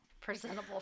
presentable